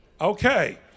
Okay